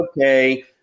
okay